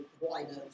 wider